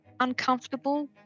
uncomfortable